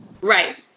right